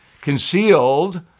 concealed